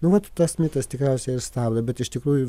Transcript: nu vat tas mitas tikriausiai ir stabdo bet iš tikrųjų